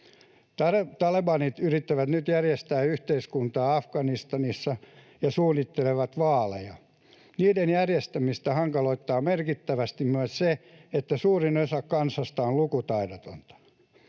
Talebanit yrittävät nyt järjestää yhteiskuntaa Afganistanissa ja suunnittelevat vaaleja. Niiden järjestämistä hankaloittaa merkittävästi myös se, että suurin osa kansasta on lukutaidotonta.